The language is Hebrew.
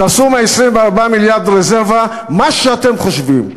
תעשו מה-24 מיליארד רזרבה מה שאתם חושבים.